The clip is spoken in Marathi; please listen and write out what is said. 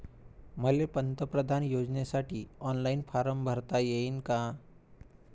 मले पंतप्रधान योजनेसाठी ऑनलाईन फारम भरता येईन का?